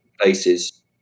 places